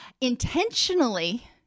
intentionally